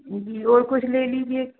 जी और कुछ ले लीजिए